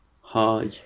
Hi